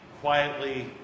quietly